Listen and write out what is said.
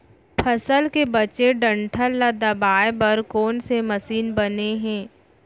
फसल के बचे डंठल ल दबाये बर कोन से मशीन बने हे?